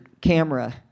camera